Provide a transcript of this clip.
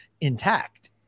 intact